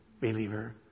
believer